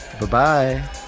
Bye-bye